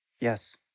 Yes